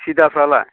टिथाफ्रालाय